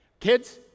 Kids